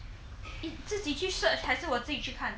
你自己去 search 还是我自己去看